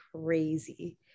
crazy